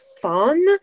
fun